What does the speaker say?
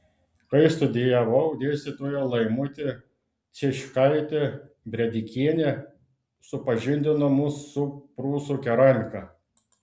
kai studijavau dėstytoja laimutė cieškaitė brėdikienė supažindino mus su prūsų keramika